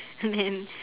and